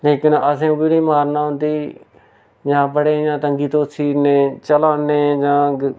लेकन असें ओह् बी निं मारना औंदी जां बड़े इ'यां तंग्गी तोस्सी नै चलाने जां